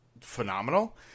phenomenal